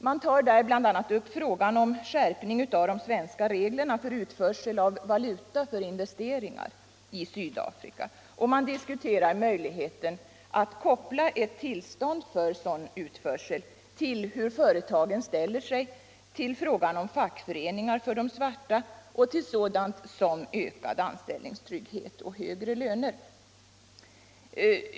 Man tar bl.a. upp frågan om skärpning av de svenska reglerna för utförsel till Sydafrika av valuta för investeringar och diskuterar möjligheten att koppla ett tillstånd för sådan utförsel till hur företagen ställer sig till frågan om fackföreningar för de svarta och till sådant som ökad anställningstrygghet och högre löner.